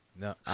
No